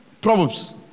Proverbs